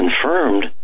confirmed